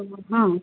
हां